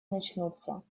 начнутся